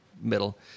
middle